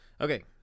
Okay